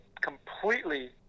completely